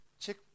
Check